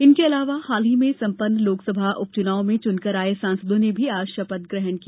इनके अलावा हाल ही में संपन्न लोकसभा उपचुनाव में चुनकर आये सांसदों ने भी आज शपथ ग्रहण की